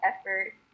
effort